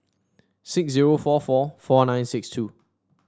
six zero four four four nine six two